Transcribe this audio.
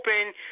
open